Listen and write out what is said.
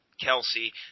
Kelsey